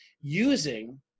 using